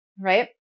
right